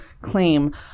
claim